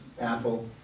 Apple